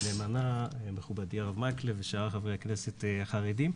נאמנה הרב מקלב ושאר חברי הכנסת החרדיים.